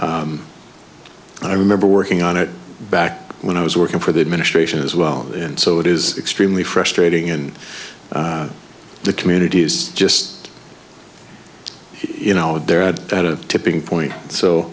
i remember working on it back when i was working for the administration as well and so it is extremely frustrating in the communities just you know they're at a tipping point so